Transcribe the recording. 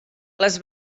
les